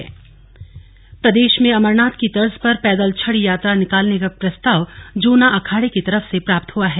CM Haridwar प्रदेश में अमरनाथ की तर्ज पर पैदल छड़ी यात्रा निकालने का प्रस्ताव जूना अखाड़े की तरफ से प्राप्त हुआ है